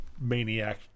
maniac